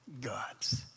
gods